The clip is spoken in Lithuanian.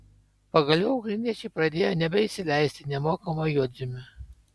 pagaliau ukrainiečiai pradėjo nebeįsileisti nemokamo juodžemio